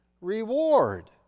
reward